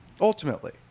Ultimately